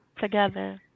together